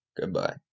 Goodbye